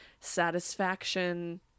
satisfaction